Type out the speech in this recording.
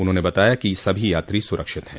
उन्होंने बताया कि सभी यात्री सुरक्षित हैं